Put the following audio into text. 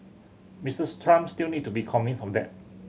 Mister Trump still need to be convinced of that